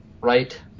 right